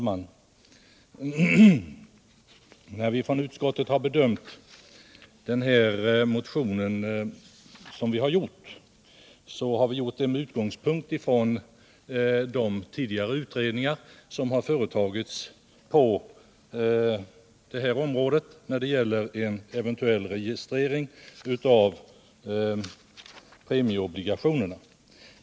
Herr talman! Utskottet har bedömt motionen med utgång från de tidigare utredningar som har företagits om en eventuell registrering av premieobligationer.